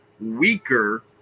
weaker